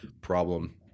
problem